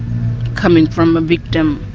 coming from a victim